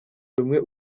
rumwe